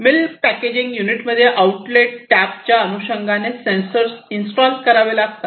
milk packaging युनिटमध्ये outlet टॅबच्या अनुषंगाने सेन्सर्स इन्स्टॉल करावे लागतात